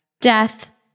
death